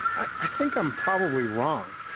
i think i'm probably wrong,